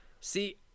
See